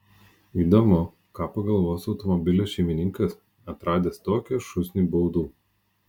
įdomu ką pagalvos automobilio šeimininkas atradęs tokią šūsnį baudų